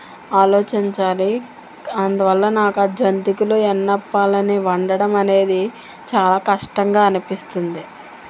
ఆలోచించాలి అందువల్ల నాకు జంతికలు ఎన్నప్పాలు అనేవి వండడం అనేది చాలా కష్టంగా అనిపిస్తుంది